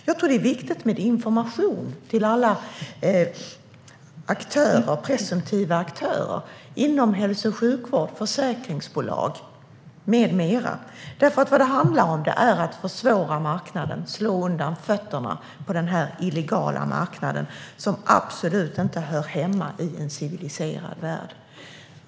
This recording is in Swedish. Jag tror att det är viktigt med information till alla presumtiva aktörer inom hälso och sjukvård, försäkringsbolag med mera. Vad det handlar om är att försvåra för och slå undan fötterna på denna illegala marknad, som absolut inte hör hemma i en civiliserad värld.